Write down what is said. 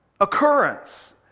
occurrence